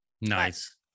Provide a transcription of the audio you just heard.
Nice